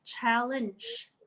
Challenge